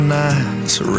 nights